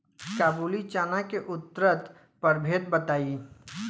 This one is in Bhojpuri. काबुली चना के उन्नत प्रभेद बताई?